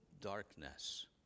darkness